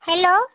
hello